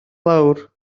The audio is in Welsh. lawr